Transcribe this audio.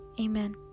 Amen